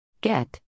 Get